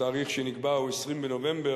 התאריך שנקבע הוא 20 בנובמבר,